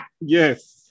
Yes